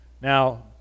Now